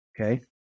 Okay